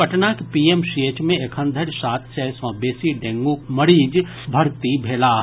पटनाक पीएमसीएच मे एखन धरि सात सय सँ बेसी डेंगूक मरीज भर्ती भेलाह